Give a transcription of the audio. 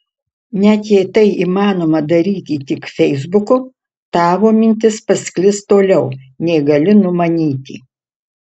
net jei tai įmanoma daryti tik feisbuku tavo mintis pasklis toliau nei gali numanyti